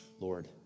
Lord